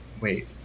wait